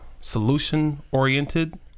solution-oriented